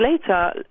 later